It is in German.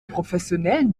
professionellen